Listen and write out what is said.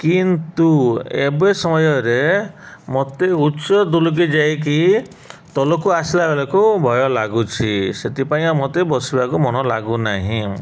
କିନ୍ତୁ ଏବେ ସମୟରେ ମୋତେ ଉଚ୍ଚ ଦୋଳିକେ ଯାଇକି ତଳକୁ ଆସିଲା ବେଳକୁ ଭୟ ଲାଗୁଛି ସେଥିପାଇଁ ଆଉ ମୋତେ ବସିବାକୁ ମନ ଲାଗୁ ନାହିଁ